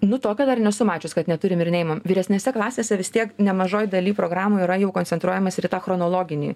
nu tokio dar nesu mačius kad neturim ir neimam vyresnėse klasėse vis tiek nemažoj daly programų yra jau koncentruojamasi ir į tą chronologinį